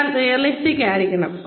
ഒരാൾ റിയലിസ്റ്റിക് ആയിരിക്കണം